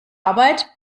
arbeit